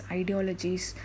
ideologies